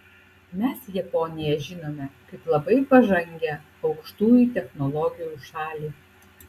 mes japoniją žinome kaip labai pažangią aukštųjų technologijų šalį